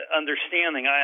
understanding